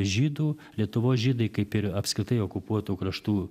žydų lietuvos žydai kaip ir apskritai okupuotų kraštų